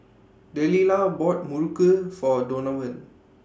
Delilah bought Muruku For Donovan